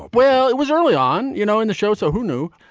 well, it was early on, you know, in the show. so who knew?